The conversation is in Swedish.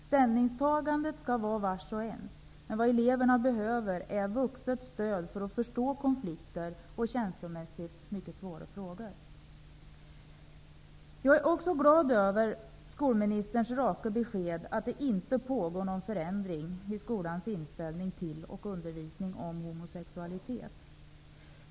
Ställningstagandet skall vara vars och ens. Men vad eleverna behöver är de vuxnas stöd för att förstå konflikter och känslomässigt mycket svåra frågor. Jag är också glad över skolministerns raka besked att det inte är aktuellt med någon förändring i skolans inställning till och undervisning om homosexualitet.